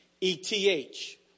E-T-H